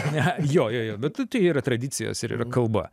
ne jo jo bet tu tai yra tradicijos ir yra kalba